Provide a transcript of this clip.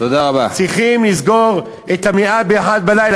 צריכים לסגור את המליאה בשעה 01:00,